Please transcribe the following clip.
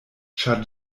ĉar